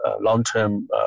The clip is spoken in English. long-term